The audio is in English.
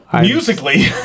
musically